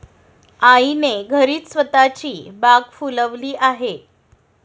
आईने घरीच स्वतःची बाग फुलवली आहे